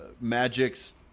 Magic's